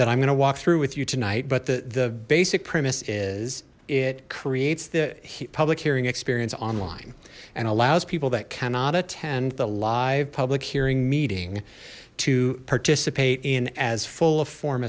that i'm gonna walk through with you tonight but the the basic premise is it creates the public hearing experience online and allows people that cannot attend the live public hearing meeting to participate in as full a for